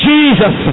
Jesus